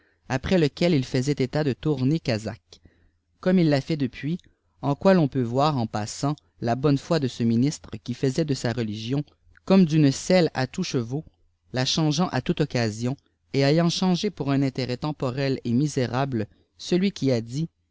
après lé quel il faisait état de tourner casaque comme il a fait depuis ea quoi l'on peut voir en passant la boone foi de ce ministre qui hirh dé k religion comme d'une selle à tous chevaux la changeant à toutes occasions et ayant changé pour un intérêt temporel et misé rable celui qui a dit